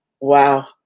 Wow